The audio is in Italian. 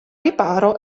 riparo